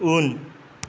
उन